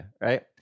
right